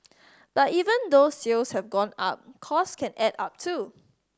but even though sales have gone up cost can add up too